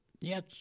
Yes